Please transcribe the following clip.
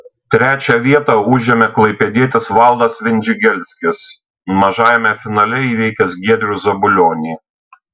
trečią vietą užėmė klaipėdietis valdas vindžigelskis mažajame finale įveikęs giedrių zabulionį